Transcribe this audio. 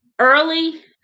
early